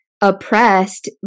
oppressed